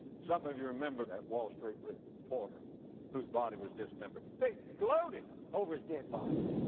some of you remember that wall street reporter whose body was dismembered. they gloated over his dead body.